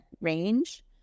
range